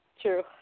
True